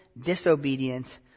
disobedient